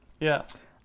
yes